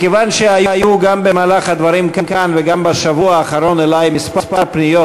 מכיוון שהיו גם במהלך הדברים כאן וגם בשבוע האחרון כמה פניות